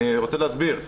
אני רוצה להסביר.